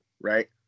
right